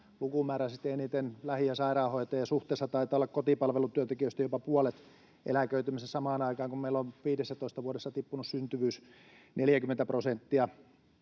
lukumääräisesti eniten lähi- ja sairaanhoitajia. Suhteessa taitaa olla kotipalvelutyöntekijöistä jopa puolet eläköitymässä samaan aikaan, kun meillä on 15 vuodessa tippunut syntyvyys 40 prosenttia.